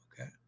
Okay